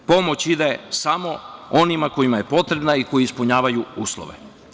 Pomoć ide samo onima kojima je potrebna i ko ispunjava uslove.